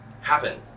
happen